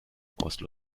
oslo